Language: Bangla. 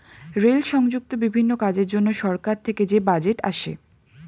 রেল সংযুক্ত বিভিন্ন কাজের জন্য সরকার থেকে যে বাজেট আসে